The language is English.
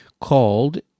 called